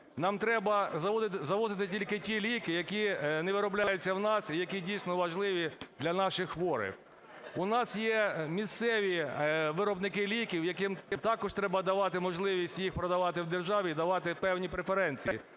Нам треба завозити тільки ті ліки, які не виробляються в нас і які дійсно важливі для наших хворих. У нас є місцеві виробники ліків, яким також треба можливість їх продавати в державі і давати певні преференції,